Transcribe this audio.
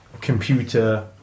Computer